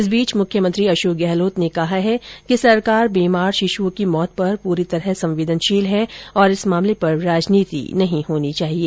इस बीच मुख्यमंत्री अशोक गहलोत ने कहा कि सरकार बीमार शिशुओं की मौत पर पूरी तरह संवेदनशील है और इस मामले पर राजनीति नहीं होनी चाहिए